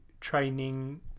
training